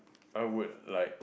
I would like